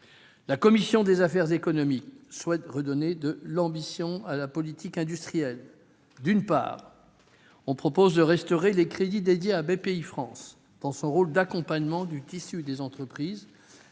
La commission des affaires économiques souhaite redonner de l'ambition à la politique industrielle. D'une part, nous proposons de restaurer les crédits dédiés à Bpifrance, dans son rôle d'accompagnement du tissu des entreprises,